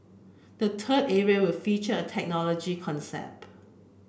the third area will feature a technology concept